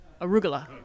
Arugula